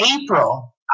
April